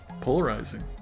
polarizing